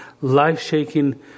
life-shaking